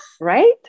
Right